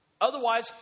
Otherwise